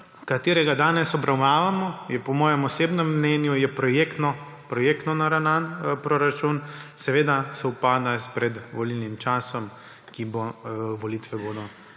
ki ga danes obravnavamo, je po mojem osebnem mnenju projektno naravnan proračun. Seveda sovpada s predvolilnim časom, volitve bodo